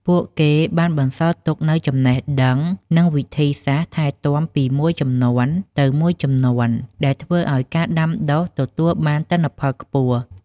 ពួកគេបានបន្សល់ទុកនូវចំណេះដឹង និងវិធីសាស្ត្រថែទាំពីមួយជំនាន់ទៅមួយជំនាន់ ដែលធ្វើឲ្យការដាំដុះទទួលបានទិន្នផលខ្ពស់។